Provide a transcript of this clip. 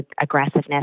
aggressiveness